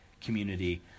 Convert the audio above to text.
community